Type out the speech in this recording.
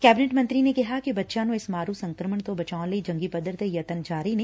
cabinet ਮੰਤਰੀ ਨੇ ਕਿਹਾ ਕਿ ਬੱਚਿਆਂ ਨੁੰ ਇਸ ਮਾਰੁ ਸੰਕਰਮਣ ਤੋਂ ਬਚਾਉਣ ਲਈ ਜੰਗੀ ਪੱਧਰ ਤੇ ਯਤਨ ਜਾਰੀ ਨੇ